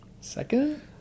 second